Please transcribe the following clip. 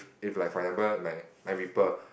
if like for example my my Ripple